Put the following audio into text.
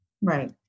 Right